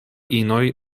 inoj